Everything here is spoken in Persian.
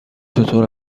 چطور